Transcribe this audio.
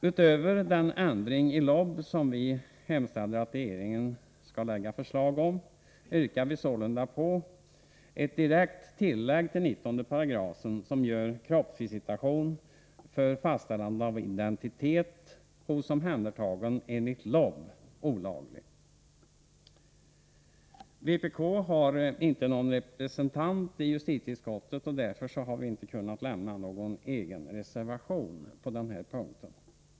Utöver den ändring i LOB som vi hemställer att regeringen skall framlägga förslag om yrkar vi sålunda på ett direkt tillägg till 198 som gör kroppsvisitation för fastställande av identitet hos omhändertagen enligt LOB olaglig. Vpk har inte någon representant i justitieutskottet, och därför har vi inte kunnat avge någon egen reservation på dessa punkter.